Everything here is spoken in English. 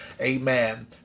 Amen